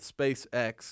SpaceX